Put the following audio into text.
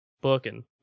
booking